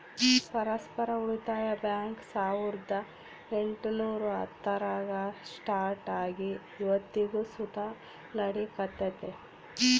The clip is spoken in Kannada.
ಪರಸ್ಪರ ಉಳಿತಾಯ ಬ್ಯಾಂಕ್ ಸಾವುರ್ದ ಎಂಟುನೂರ ಹತ್ತರಾಗ ಸ್ಟಾರ್ಟ್ ಆಗಿ ಇವತ್ತಿಗೂ ಸುತ ನಡೆಕತ್ತೆತೆ